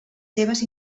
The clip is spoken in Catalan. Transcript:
seves